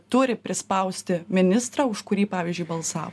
turi prispausti ministrą už kurį pavyzdžiui balsavo